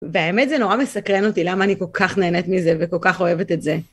והאמת זה נורא מסקרן אותי, למה אני כל כך נהנית מזה וכל כך אוהבת את זה.